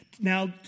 Now